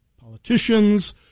politicians